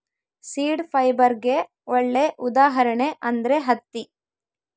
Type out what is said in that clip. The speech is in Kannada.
ಸೀಡ್ ಫೈಬರ್ಗೆ ಒಳ್ಳೆ ಉದಾಹರಣೆ ಅಂದ್ರೆ ಹತ್ತಿ